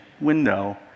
window